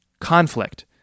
Conflict